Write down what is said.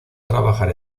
trabajar